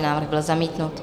Návrh byl zamítnut.